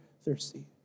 thirsty